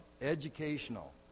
educational